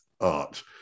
art